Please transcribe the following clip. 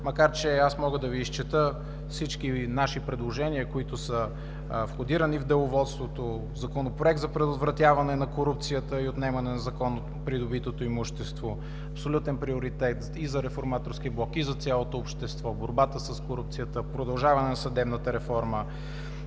макар че мога да Ви изчета всички наши предложения, входирани в Деловодството: Законопроект за предотвратяване на корукцията и отнемане на незаконно придобитото имущество – абсолютен приоритет и за Реформаторския блок, и за цялото общество, борбата с корупцията, продължаване на съдебната реформа,